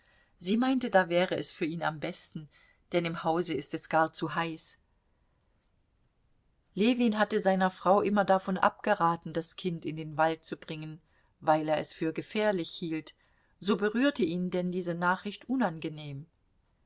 sie meinte da wäre es für ihn am besten denn im hause ist es gar zu heiß ljewin hatte seiner frau immer davon abgeraten das kind in den wald zu bringen weil er es für gefährlich hielt so berührte ihn denn diese nachricht unangenehm